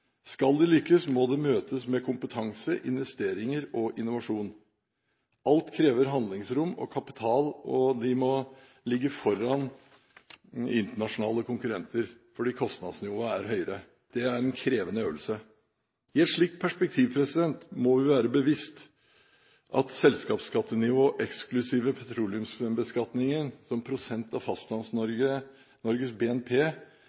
Skal de lykkes, må det møtes med kompetanse, investeringer og innovasjon. Alt krever handlingsrom og kapital, og de må ligge foran internasjonale konkurrenter fordi kostnadsnivået er høyere. Det er en krevende øvelse. I et slikt perspektiv må vi være bevisst på at selskapsskattenivået eksklusiv petroleumsbeskatningen, som prosent av Fastlands-Norges BNP,